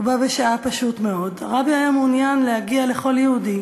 ובה בשעה פשוט מאוד: הרבי היה מעוניין להגיע לכל יהודי